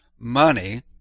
money